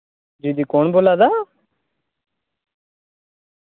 जी जी कौन बोल्ला दा